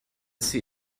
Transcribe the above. sie